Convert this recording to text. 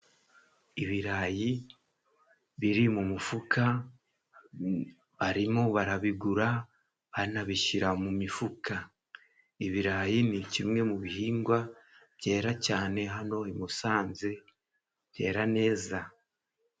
Ibirayi biri mu mufuka, barimo barabigura banabishyira mu mifuka. Ibirayi ni kimwe mu bihingwa byera cyane hano i Musanze byera neza.